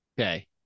Okay